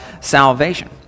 salvation